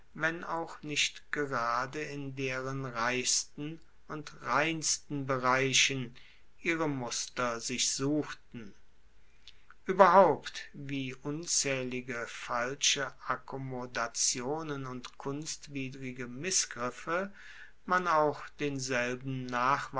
wenn auch nicht gerade in deren reichsten und reinsten bereichen ihre muster sich suchten ueberhaupt wie unzaehlige falsche akkommodationen und kunstwidrige missgriffe man auch denselben